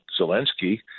Zelensky